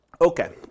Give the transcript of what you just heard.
Okay